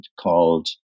called